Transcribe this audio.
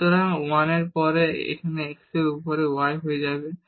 সুতরাং 1 এর পরে এবং x এর উপরে y হয়ে যাবে